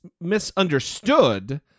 misunderstood